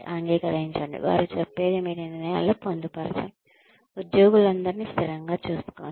అంగీకరించండి వారు చెప్పేది మీ నిర్ణయాలలో పొందుపరచడం ఉద్యోగులందరినీ స్థిరంగా చూసుకోండి